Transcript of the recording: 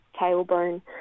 tailbone